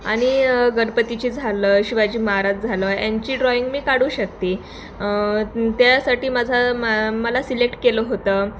आणि गणपतीची झालं शिवाजी महाराज झालं यांची ड्रॉईंग मी काढू शकते त्यासाठी माझा मा मला सिलेक्ट केलं होतं